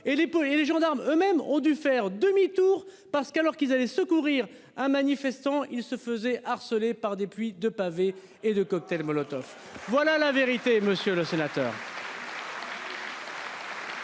les gendarmes eux-mêmes ont dû faire demi-tour parce qu'alors qu'il allait secourir un manifestant. Il se faisait harceler par des pluies de pavés et de cocktails Molotov. Voilà la vérité. Monsieur le sénateur.